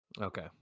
Okay